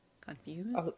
confused